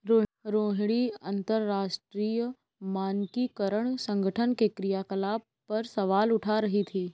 रोहिणी अंतरराष्ट्रीय मानकीकरण संगठन के क्रियाकलाप पर सवाल उठा रही थी